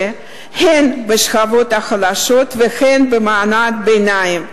הן בשכבות החלשות והן במעמד הביניים.